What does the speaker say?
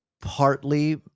partly